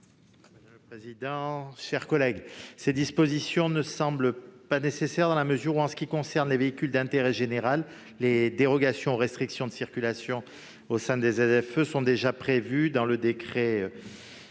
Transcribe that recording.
de la commission ? Ces dispositions ne semblent pas nécessaires dans la mesure où, en ce qui concerne les véhicules d'intérêt général, les dérogations aux restrictions de circulation au sein des ZFE sont déjà prévues dans le décret